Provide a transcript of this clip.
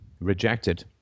rejected